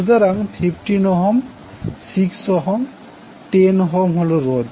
সুতরাং 15Ω 6Ω এবং 10Ω হল রোধ